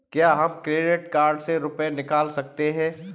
क्या हम credit card से रुपये निकाल सकते हैं?